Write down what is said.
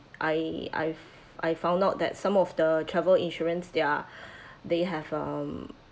I I've I found out that some of the travel insurance they are they have um